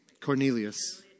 Cornelius